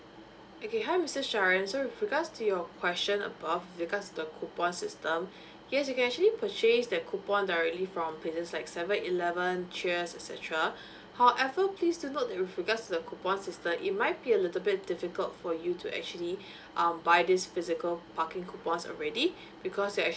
okay hi mr sharan so in regards to your question above regards to the coupon system yes you can actually purchase the coupon directly from places like seven eleven cheers E_C_T however please do note that with regards to the coupon system it might be a little bit difficult for you to actually uh buy this physical parking coupons already because you're actually